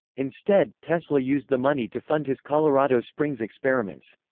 instead, tesla used the money to fund his colorado springs experiments.